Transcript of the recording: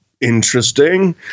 interesting